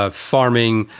ah farming,